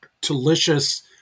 delicious